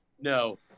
no